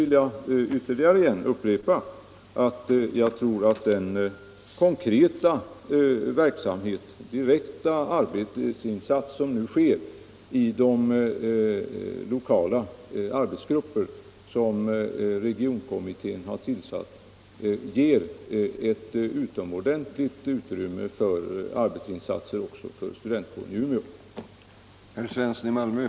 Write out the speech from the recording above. stöd för deltagande Sedan vill jag upprepa att jag tror att den konkreta verksamhet, den = i konferens för vissa direkta arbetsinsats som nu sker, i de lokala arbetsgrupper som region = nationella minorikommittén har tillsatt ger ett utomordentligt utrymme för arbetsinsatser = teter även för studentkåren i Umeå.